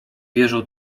wierzą